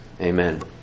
Amen